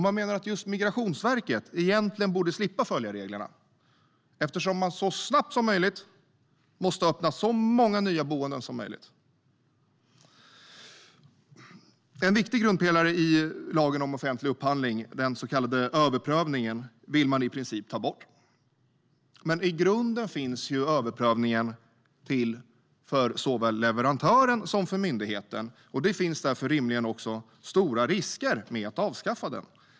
Man menar att just Migrationsverket egentligen borde slippa följa reglerna, eftersom man så snabbt som möjligt måste öppna så många nya boenden som möjligt. En viktig grundpelare i lagen om offentlig upphandling, den så kallade överprövningen, vill man i princip ta bort. Men i grunden finns överprövningen till för såväl leverantören som för myndigheten. Det finns därför rimligen också stora risker med att avskaffa den.